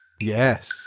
Yes